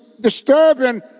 disturbing